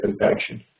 infection